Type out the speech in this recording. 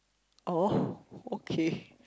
oh okay